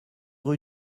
rue